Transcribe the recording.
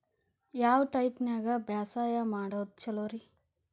ಯಾವ ಟೈಪ್ ನ್ಯಾಗ ಬ್ಯಾಸಾಯಾ ಮಾಡೊದ್ ಛಲೋರಿ?